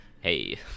Hey